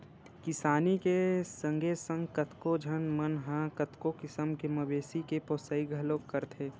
किसानी के संगे संग कतको झन मन ह कतको किसम के मवेशी के पोसई घलोक करथे